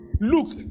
Look